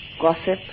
gossip